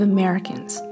Americans